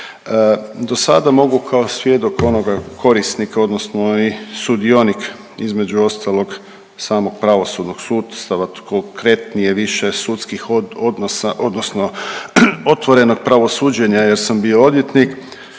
Do sada mogu kao svjedok onoga korisnika, odnosno i sudionik, između ostalog, samo pravosudnog sustava, konkretnije više sudskih odnosa odnosno otvorenog pravosuđenja jer sam bio odvjetnik,